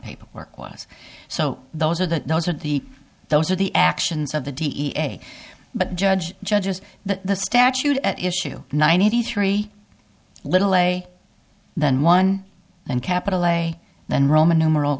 paperwork was so those are the those are the those are the actions of the da but judge judges the statute at issue ninety three little way than one and capital way than roman numeral